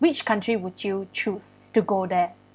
which country would you choose to go there